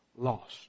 Lost